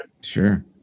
Sure